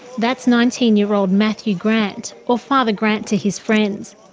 that's nineteen year old matthew grant or father grant to his friends.